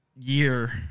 year